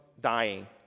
dying